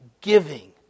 giving